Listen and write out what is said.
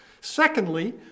Secondly